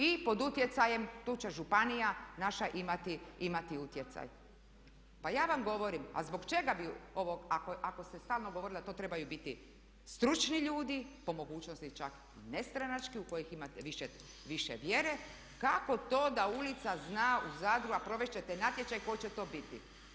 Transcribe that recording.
I pod utjecajem tu će županija naša imati utjecaj. … [[Upadica se ne razumije.]] Pa ja vam govorim, a zbog čega bi ovo ako ste stalno govorili da to trebaju biti stručni ljudi po mogućnosti čak nestranački u koje imate više vjere kako to da ulica zna u Zadru a provest ćete natječaj tko će to biti.